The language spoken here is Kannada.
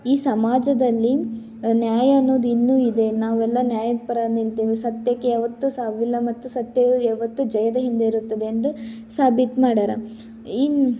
ಈ ಸಮಾಜದಲ್ಲಿ ನ್ಯಾಯ ಅನ್ನೋದು ಇನ್ನೂ ಇದೆ ನಾವೆಲ್ಲ ನ್ಯಾಯದ ಪರ ನಿಲ್ತೀವಿ ಸತ್ಯಕ್ಕೆ ಯಾವತ್ತೂ ಸಾವಿಲ್ಲ ಮತ್ತು ಸತ್ಯ ಯಾವತ್ತೂ ಜಯದ ಹಿಂದೆ ಇರುತ್ತದೆ ಎಂದು ಸಾಬೀತು ಮಾಡ್ಯಾರೆ ಇನ್ನು